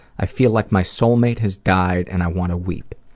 i feel like my soulmate has died, and i want to weep.